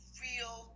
real